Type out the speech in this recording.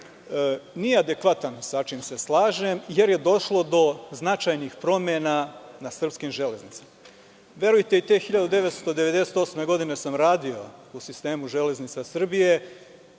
nije adekvatan, sa čime se slažem, jer je došlo do značajnih promena na srpskim železnicama. Verujte, i te 1998. godine sam radio u sistemu „Železnica Srbije“